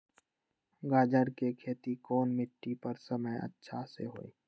गाजर के खेती कौन मिट्टी पर समय अच्छा से होई?